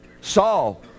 Saul